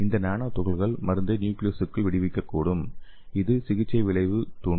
இந்த நானோ துகள்கள் மருந்தை நியூக்லியஸுக்குள் விடுவிக்கக்கூடும் இது சிகிச்சை விளைவைத் தூண்டும்